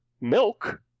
milk